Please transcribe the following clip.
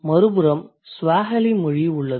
மறுபுறம் Swahili மொழி உள்ளது